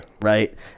Right